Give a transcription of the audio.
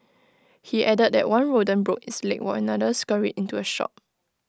he added that one rodent broke its leg while another scurried into A shop